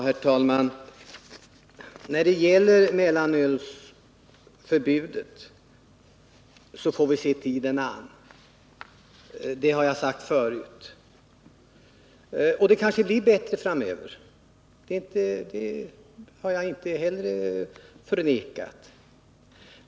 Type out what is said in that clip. Herr talman! När det gäller verkningarna av mellanölsförbudet får vi se tiden an —det framhöll jag också tidigare. Och det kanske blir bättre framöver. Det är en sak som jag inte heller har förnekat.